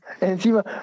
Encima